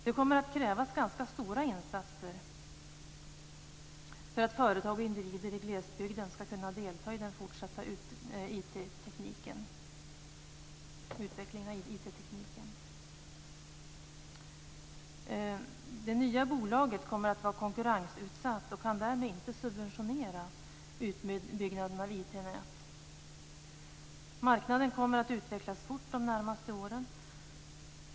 Det kommer att krävas ganska stora insatser för att företag och individer i glesbygden skall kunna delta i den fortsatta utvecklingen av IT-tekniken. Det nya bolaget kommer att vara konkurrensutsatt och kan därmed inte subventionera utbyggnaden av IT-nät. Marknaden kommer att utvecklas fort under de närmaste åren.